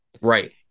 Right